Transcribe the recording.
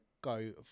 go